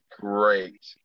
great